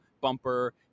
bumper